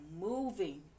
moving